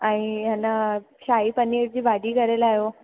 ऐं हिन शाही पनीर जी भाॼी करे लाहियो